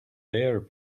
there